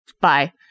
bye